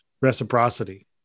reciprocity